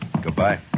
Goodbye